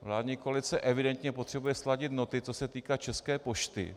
Vládní koalice evidentně potřebuje sladit noty, co se týká České pošty.